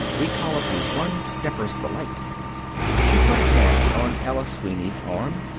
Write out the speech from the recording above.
we call it the one-stepper's delight she put a hand on ella sweeney's arm,